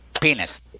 Penis